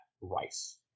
Rice